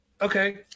Okay